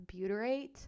butyrate